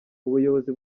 ubuyobozi